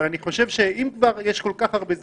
אבל אני חושב שאם כבר יש כל כך הרבה זמן,